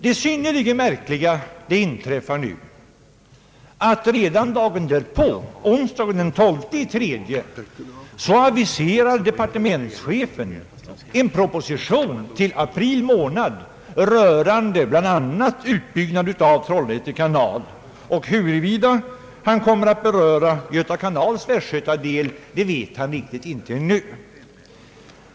Det synnerligen märkliga inträffar nu, att redan dagen därpå — onsdagen den 12 mars — aviserar departementschefen en proposition till april månad rörande bland annat utbyggnad av Trollhätte kanal. Huruvida departementschefen kommer att beröra även Göta kanals västgötadel det vet han inte nu.